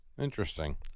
Interesting